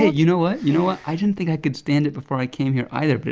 ah you know what? you know what? i didn't think i could stand it before i came here either. but